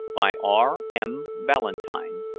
by r m. ballantyne.